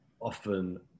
often